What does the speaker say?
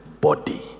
body